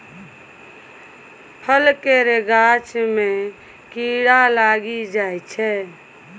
फल केर गाछ मे कीड़ा लागि जाइ छै